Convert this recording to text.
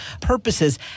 purposes